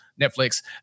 Netflix